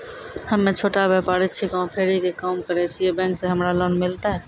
हम्मे छोटा व्यपारी छिकौं, फेरी के काम करे छियै, बैंक से हमरा लोन मिलतै?